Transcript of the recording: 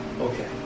Okay